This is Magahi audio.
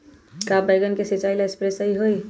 का बैगन के सिचाई ला सप्रे सही होई?